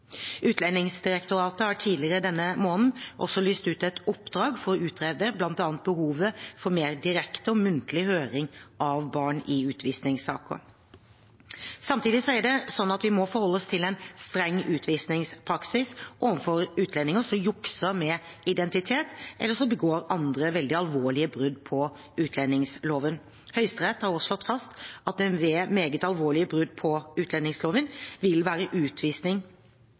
Utlendingsdirektoratet har tidligere denne måneden også lyst ut et oppdrag for å utrede bl.a. behovet for mer direkte og muntlig høring av barn i utvisningssaker. Samtidig er det sånn at vi må forholde oss til en streng utvisningspraksis overfor utlendinger som jukser med identitet, eller som begår andre, veldig alvorlige brudd på utlendingsloven. Høyesterett har også slått fast at ved meget alvorlige brudd på utlendingsloven vil utvisning bare være